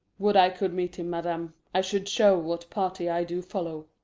would i could meet him, madam! i should show what party i do follow.